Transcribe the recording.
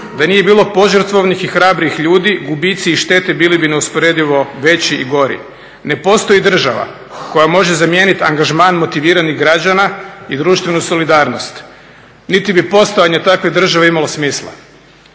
Da nije bilo požrtvovnih i hrabrih ljudi gubici i štete bili bi neusporedivo veći i gori. Ne postoji država koja može zamijenit angažman motiviranih građana i društvenu solidarnost niti bi postojanje takve države imalo smisla.